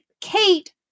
Kate